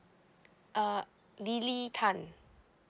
uh lily tan